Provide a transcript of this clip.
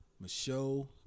Michelle